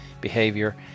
behavior